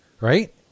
right